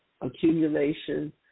accumulation